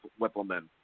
Whippleman